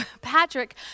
Patrick